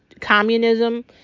communism